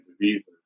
diseases